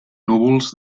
núvols